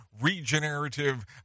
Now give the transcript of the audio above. regenerative